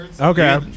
Okay